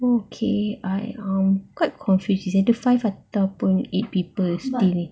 okay I um quite confused it's either five ataupun eight people still